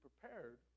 prepared